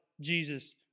Jesus